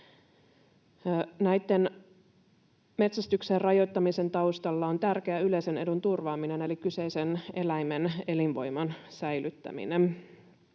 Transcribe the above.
Tämän metsästyksen rajoittamisen taustalla on tärkeää yleisen edun turvaaminen eli kyseisen eläimen elinvoiman säilyttäminen.